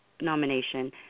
nomination